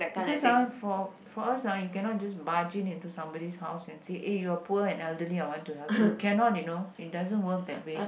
because ah for for us ah you cannot just barge in into somebody's house and said eh you are poor and elderly I want to help you cannot you know it doesn't work that way